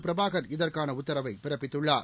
பிரபாகர் இதற்கான உத்தரவை பிறப்பித்துள்ளார்